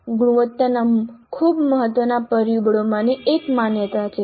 ગુણવત્તાના ખૂબ મહત્વના પરિબળોમાંની એક માન્યતા છે